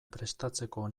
prestatzeko